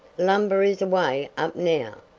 lumber is away up now.